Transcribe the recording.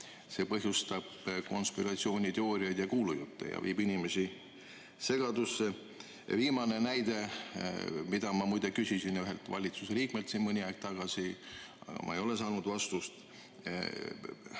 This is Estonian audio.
see põhjustab konspiratsiooniteooriaid ja kuulujutte ja ajab inimesi segadusse. Viimane näide, mille kohta ma muide küsisin ühelt valitsuse liikmelt siin mõni aeg tagasi, aga ma ei ole saanud vastust: